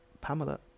Pamela